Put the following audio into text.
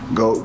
go